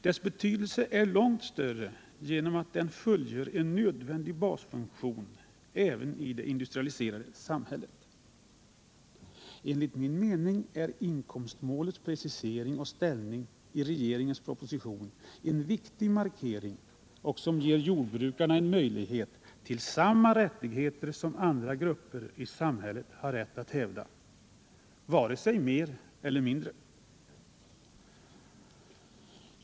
Dess betydelse är långt större, eftersom den fullgör en nödvändig basfunktion även i det industrialiserade samhället. Enligt min mening är inkomstmålets precisering och ställning i propositionen en viktig markering. Det ger jordbrukarna en möjlighet till samma rättigheter som andra grupper i samhället har rätt att hävda — varken mer eller mindre.